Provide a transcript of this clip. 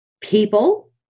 People